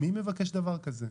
מי מבקש דבר כזה?